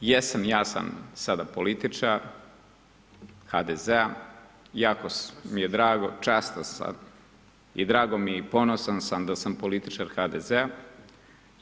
Jesam, ja sam sada političar HDZ-a, jako mi je drago, čast ... i drago mi je i ponosan sam da sam političar HDZ-a.